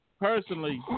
Personally